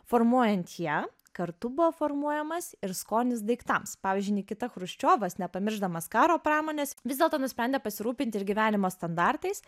formuojant ją kartu buvo formuojamas ir skonis daiktams pavyzdžiui nikita chruščiovas nepamiršdamas karo pramonės vis dėlto nusprendė pasirūpinti ir gyvenimo standartais